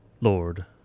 Lord